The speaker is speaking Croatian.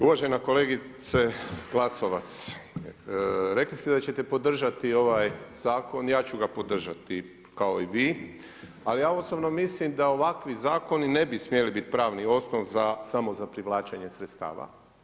Uvažena kolegice Glasovac, rekli ste da ćete podržati ovaj zakon, ja ću ga podržati kao i vi, ali ja osobno mislim da ovakvi zakoni ne bi smjeli biti pravni osnov za samo za privlačenje sredstava.